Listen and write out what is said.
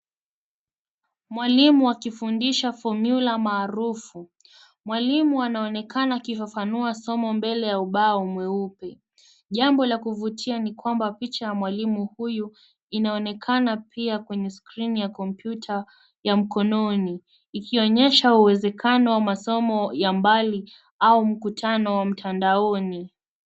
Mwalimu akifundisha fomula maarufu. Mwalimu anaonekana akifafanua somo mbele ya ubao mweupe. Jambo la kuvutia ni kwamba picha ya mwalimu huyu, inaonekana pia kwenye skrini ya kompyuta ya mkononi, ikionyesha uwezekano wa masomo ya mbali, au mkutano wa mtandaoni.